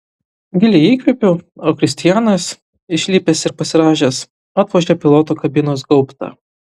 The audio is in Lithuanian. giliai įkvepiu o kristianas išlipęs ir pasirąžęs atvožia piloto kabinos gaubtą